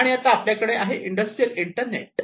आणि आता आपल्याकडे आहे इंडस्ट्रियल इंटरनेट